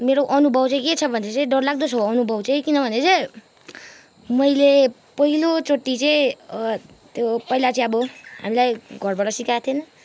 मेरो अनुभव चाहिँ के छ भन्दा चाहिँ डरलाग्दो छ अनुभव चाहिँ किनभने चाहिँ मैले पहिलोचोटि चाहिँ त्यो पहिला चाहिँ अब हामीलाई घरबाट सिकाएको थिएन